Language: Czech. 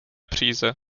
příze